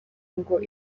ngo